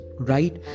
right